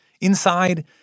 Inside